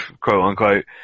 quote-unquote